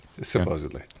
Supposedly